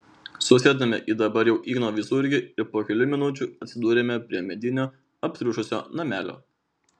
susėdome į dabar jau igno visureigį ir po kelių minučių atsidūrėme prie medinio aptriušusio namelio